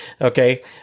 okay